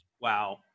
Wow